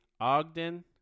Ogden